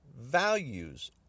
values